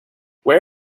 where